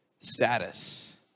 status